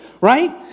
right